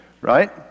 right